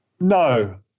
No